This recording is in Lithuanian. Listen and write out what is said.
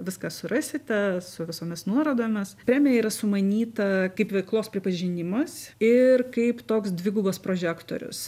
viską surasite su visomis nuorodomis premija yra sumanyta kaip veiklos pripažinimas ir kaip toks dvigubas prožektorius